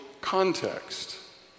context